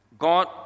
God